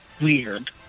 weird